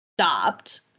stopped